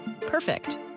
Perfect